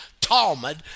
Talmud